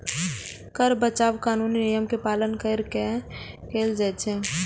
कर बचाव कानूनी नियम के पालन कैर के कैल जाइ छै